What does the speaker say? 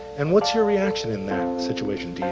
and what's your reaction in that situation?